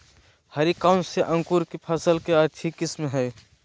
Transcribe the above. हरी कौन सी अंकुर की फसल के अच्छी किस्म है?